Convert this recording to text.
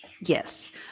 Yes